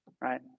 right